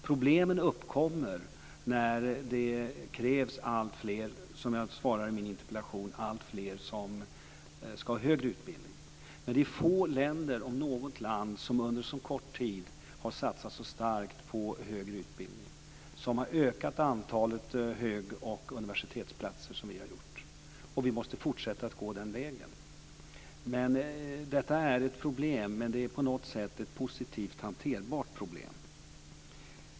Problemen uppkommer när det, som jag säger i interpellationssvaret, krävs alltfler som ska ha högre utbildning. Det är dock få länder, om något, som under så kort tid har satsat så starkt på högre utbildning och som har ökat antalet högskole och universitetsplatser så mycket som vi har gjort. Vi måste fortsätta att gå den vägen. Detta är ett problem, men det är på något sätt ett positivt, hanterbart problem.